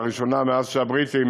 לראשונה מאז השאירו לנו הבריטים